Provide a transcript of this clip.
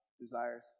desires